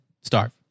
starve